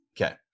Okay